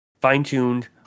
fine-tuned